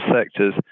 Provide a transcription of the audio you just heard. sectors